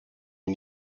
you